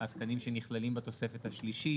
התקנים שנכללים בתוספת השלישית.